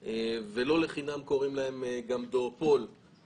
כל הדברים האלה הובילו גם לגדילה שלה בכוח האדם.